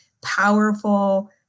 powerful